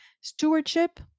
Stewardship